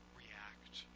react